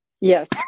yes